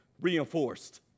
reinforced